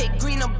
ah green um